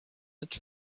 its